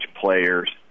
players